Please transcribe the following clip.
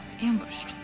Ambushed